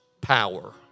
power